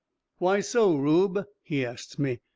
why, so, rube? he asts me.